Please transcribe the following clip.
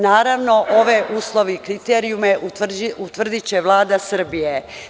Naravno, ove uslove i kriterijume utvrdiće Vlada Srbije.